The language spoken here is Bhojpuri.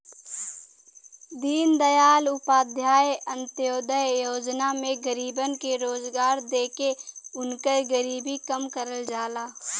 दीनदयाल उपाध्याय अंत्योदय योजना में गरीबन के रोजगार देके उनकर गरीबी कम करल जाला